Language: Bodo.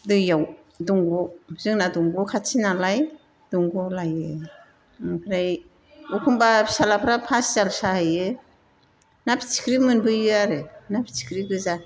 दैआव दंग'आव जोंना दंग' खाथि नालाय दंग'आव लायो आमफ्राय एखमब्ला फिसालाफ्रा फासियाल साहैयो ना फिथिख्रि मोनबोयो आरो ना फिथिख्रि गोजा